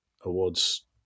awards